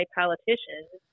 politicians